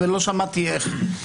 ולא שמעתי איך.